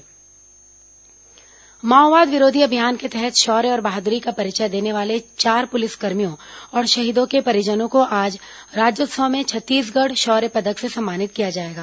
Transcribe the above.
छत्तीसगढ़ शौर्य पदक माओवाद विरोधी अभियान के तहत शौर्य और बहादुरी का परिचय देने वाले चार पुलिसकर्भियों और शहीदों के परिजनों को आज राज्योत्सव में छत्तीसगढ शौर्य पदक से सम्मानित किया जाएगा